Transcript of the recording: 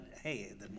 hey